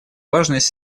важность